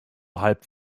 halb